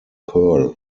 pearl